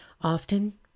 often